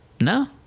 No